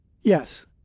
Yes